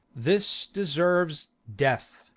this deserves death.